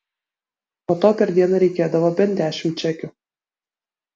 po to per dieną reikėdavo bent dešimt čekių